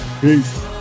Peace